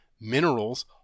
minerals